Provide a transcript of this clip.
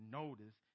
notice